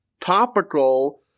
topical –